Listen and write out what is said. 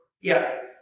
yes